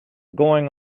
going